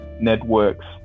networks